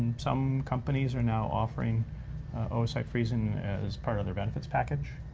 some companies are now offering oocyte freezing as part of their benefits package,